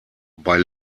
bei